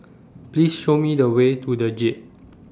Please Show Me The Way to The Jade